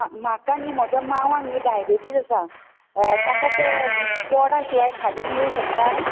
आं म्हाका न्हय म्हज्या मांवाक न्हय डायबिटीस आसा ताका तें गोडा शिवाय खाजें मेळूंक शकता